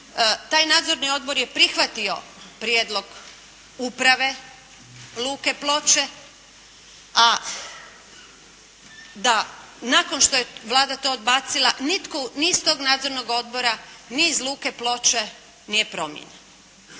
Taj nadzorni odbor je prihvatio prijedlog Uprave "Luke Ploče", a da nakon što je Vlada to odbacila nitko iz tog nadzornog odbora, ni iz Luke Ploče nije promijenjen.